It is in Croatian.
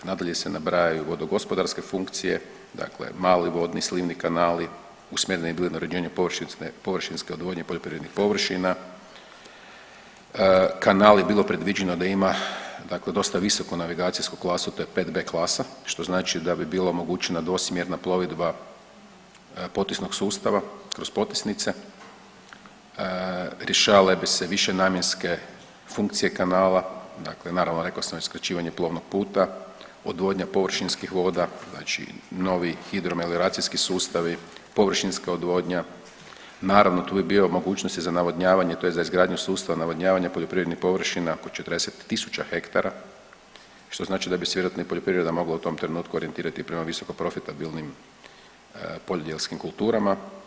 Nadalje se nabrajaju vodo gospodarske funkcije, dakle mali vodni, slivni kanali, usmjereni bi bili ... površinske odvodnje poljoprivrednih površina, kanali, bilo predviđeno da ima dakle dosta visoko navigacijsku klasu, to je 5B klasa, što znači da bi bilo omogućeno dvosmjerna plovidba potisnog sustava kroz potisnice, rješavale bi se višenamjenske funkcije kanala, dakle naravno rekao sam već skraćivanje plovnog puta, odvodnja površinskih voda znači novi hidro melioracijski sustavi, površinska odvodnja, naravno tu bi bio mogućnosti za navodnjavanje to je za izgradnju sustava navodnjavanja poljoprivrednih površina oko 40.000 hektara, što znači da bi se vjerojatno i poljoprivreda mogla u tom trenutku orijentirati prema visoko profitabilnim poljodjelskim kulturama.